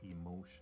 emotion